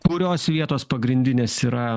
kurios vietos pagrindinės yra